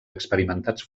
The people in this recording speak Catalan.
experimentats